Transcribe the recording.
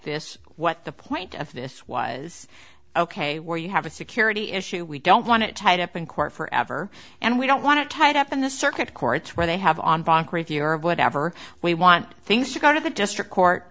this what the point of this was ok where you have a security issue we don't want it tied up in court forever and we don't want to tie it up in the circuit courts where they have on bank review or whatever we want things to go to the district court